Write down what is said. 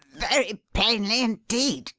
very plainly indeed,